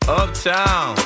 uptown